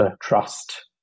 Trust